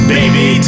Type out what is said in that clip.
Baby